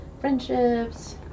friendships